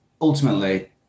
ultimately